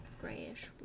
grayish